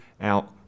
out